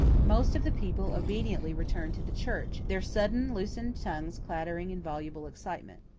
most of the people obediently returned to the church, their sudden loosened tongues clattering in voluble excitement.